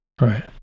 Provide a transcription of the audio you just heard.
Right